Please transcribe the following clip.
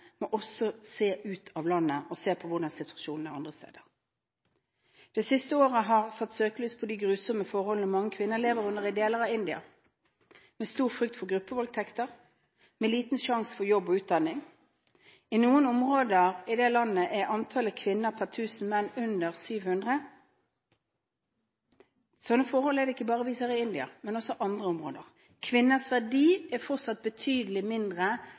se ut av landet og se på hvordan situasjonen er andre steder. I løpet av det siste året er søkelyset blitt satt på de grusomme forholdene mange kvinner lever under i deler av India, med stor frykt for gruppevoldtekter, med liten sjanse til å få jobb og utdanning. I noen områder i dette landet er antallet kvinner per 1 000 menn under 700. Slike forhold ser vi ikke bare i India, men også i andre områder. Kvinners verdi er fortsatt betydelig mindre